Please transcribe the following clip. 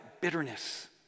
bitterness